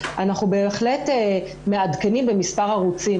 אנחנו בהחלט מעדכנים במספר ערוצים.